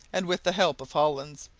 and with the help of hollins,